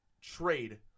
trade